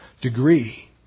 degree